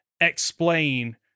explain